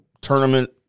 tournament